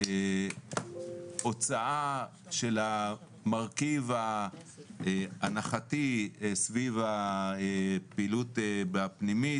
ההוצאה של המרכיב ההנחתי סביב הפעילות הפנימית,